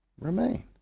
remain